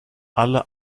alle